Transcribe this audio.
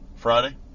Friday